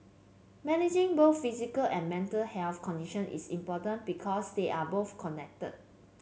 managing both physical and mental health condition is important because they are both connected